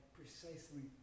precisely